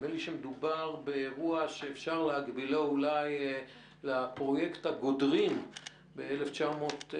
נדמה לי שמדובר באירוע שאפשר להקבילו אולי לפרויקט הגודרים ב-1938,